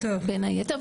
בין היתר,